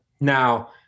Now